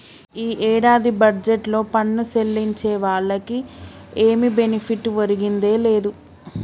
ఈ ఏడాది బడ్జెట్లో పన్ను సెల్లించే వాళ్లకి ఏమి బెనిఫిట్ ఒరిగిందే లేదు